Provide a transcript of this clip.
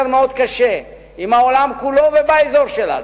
מאוד קשה עם העולם כולו ובאזור שלנו.